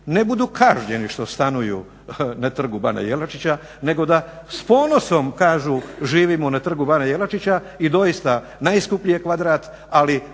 ne budu kažnjeni što stanuju na Trgu bana Jelačića nego da s ponosom kažu živimo na Trgu bana Jelačića i doista najskuplji je kvadrat ali